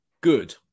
good